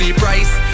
price